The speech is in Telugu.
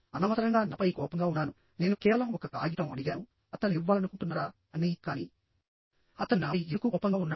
అనవసరంగా నాపై కోపంగా ఉన్నాను నేను కేవలం ఒక కాగితం అడిగాను అతను ఇవ్వాలనుకుంటున్నారా అని కానీ అతను నాపై ఎందుకు కోపంగా ఉన్నాడు